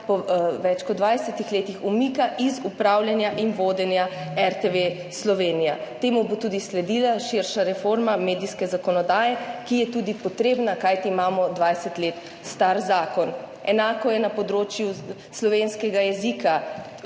po več kot 20 letih umika iz upravljanja in vodenja RTV Slovenija. Temu bo tudi sledila širša reforma medijske zakonodaje, ki je tudi potrebna, kajti imamo 20 let star zakon. Enako je na področju slovenskega jezika,